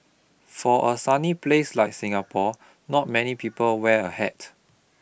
for a sunny place like Singapore not many people wear a hat